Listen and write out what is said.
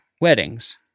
weddings